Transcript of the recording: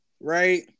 Right